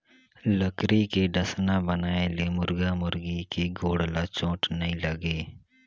लकरी के डसना बनाए ले मुरगा मुरगी के गोड़ ल चोट नइ लागे